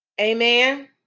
Amen